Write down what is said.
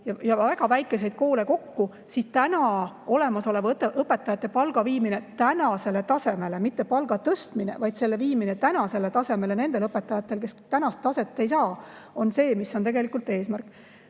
ja väga väikeseid koole kokku, siis praegu olemasolevate õpetajate palga viimine tänasele tasemele – mitte palga tõstmine, vaid selle viimine tänasele tasemele – nendel õpetajatel, kes tänast taset ei saa, on tegelikult eesmärk.